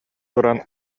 туран